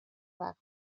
وقت